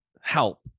help